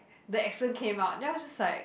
the accent came out then I was just like